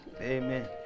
amen